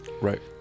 Right